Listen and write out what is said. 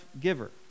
giver